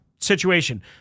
situation